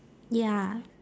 ya